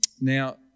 Now